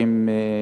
המועצה,